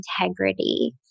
integrity